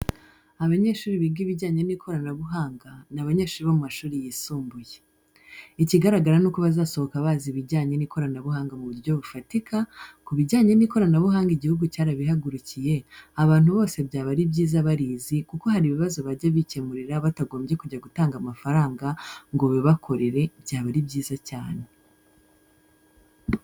Abanyeshuri biga ibijyanye n'ikoranabuhanga, n'abanyeshuri bo mu mashuri yisumbuye. Ikigaragara nuko bazasohoka bazi ibijyanye n'ikoranabuhanga mu buryo bufatika, kubijyanye n'ikoranabuhanga igihugu cyarabihagurukiye, abantu bose byaba byiza barizi kuko hari ibibazo bajya bikemurira batagombye kujya gutanga amafaranga ngo bazimukorere byaba ari byiza cyane.